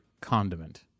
condiment